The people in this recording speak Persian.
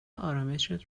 آرامِشت